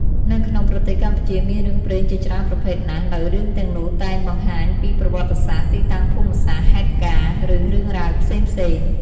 នៅក្នុងប្រទេសកម្ពុជា មានរឿងព្រេងជាច្រើនប្រភេទណាស់ ដោយរឿងទាំងនោះតែងបានបង្ហាញពី ប្រវត្តិសាស្រ្ដ ទីតាំងភូមិសាស្រ្ដ ហេតុការណ៍ ឬរឿងរ៉ាវផ្សេងៗ។